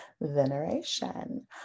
veneration